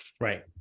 right